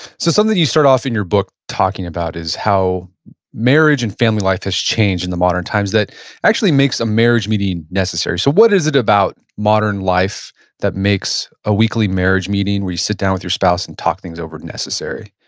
so something you start off in your book talking about is how marriage and family life has changed in the modern times. that actually makes a marriage meeting necessary. so what is it about modern life that makes a weekly marriage meeting where you sit down with your spouse and talk things over necessary?